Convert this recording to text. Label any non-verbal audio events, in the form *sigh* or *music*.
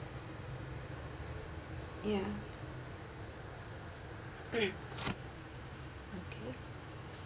ya *coughs* okay